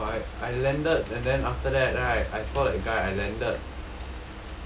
oh I I landed and then after that right I saw that guy I landed